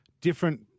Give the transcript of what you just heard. Different